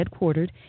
headquartered